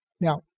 Now